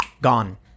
gone